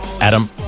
Adam